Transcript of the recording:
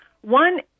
one